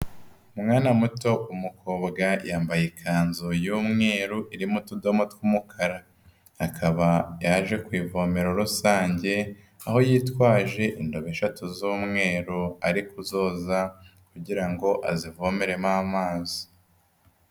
Umwana muto w'umukobwa yambaye ikanzu y'umweru, irimo utudoma tw'umukara, akaba yaje kuvome rusange, aho yitwaje indobo eshatu z'umweru ari kuzoza kugira ngo azivomeremo amazi.